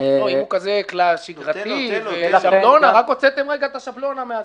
הוא כזה שגרתי ושבלוני ורק הוצאתם את השבלונה,